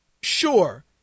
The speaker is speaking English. sure